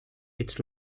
its